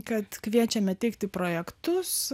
kad kviečiame teikti projektus